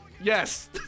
Yes